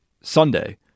Sunday